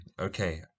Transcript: Okay